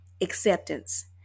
acceptance